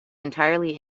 entirely